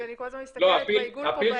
אני כל הזמן מסתכל בעיגול פה באמצע.